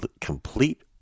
complete